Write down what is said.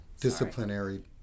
Disciplinary